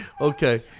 Okay